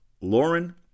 Lauren